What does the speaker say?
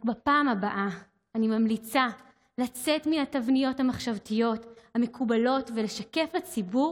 רק בפעם הבאה אני ממליצה לצאת מהתבניות המחשבתיות המקובלות ולשקף לציבור